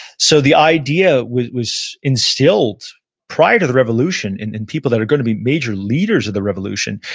so the idea was was instilled prior to the revolution, in people that are going to be major leaders of the revolution,